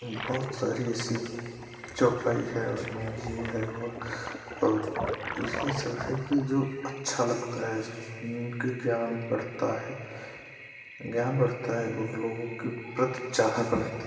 बहुत सारी ऐसी चौपाई हैं उसमें ये है और यही सब है कि जो अच्छा लगता है सुन से ज्ञान बढ़ता है ज्ञान बढ़ता है और लोगों के प्रति चाह बढ़ती है